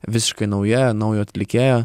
visiškai nauja naujo atlikėjo